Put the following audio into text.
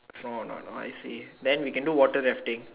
fun a not now I see then we can do water lifting